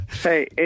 Hey